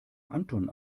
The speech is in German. anton